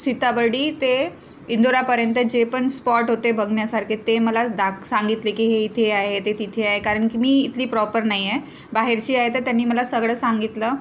सीतावर्डी ते इंदोरापर्यंत जे पण स्पॉट होते बघण्यासारखे ते मला दाख सांगितले की हे इथे आहे हे ते तिथे आहे कारण की मी इथली प्रॉपर नाही आहे बाहेरची आहे तर त्यांनी मला सगळं सांगितलं